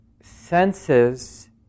senses